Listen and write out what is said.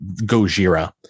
gojira